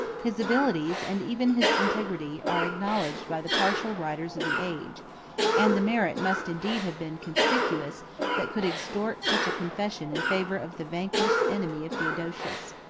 his abilities, and even his integrity, are acknowledged by the partial writers of the age and the merit must indeed have been conspicuous that could extort such a confession in favor of the vanquished enemy of theodosius.